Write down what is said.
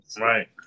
Right